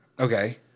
okay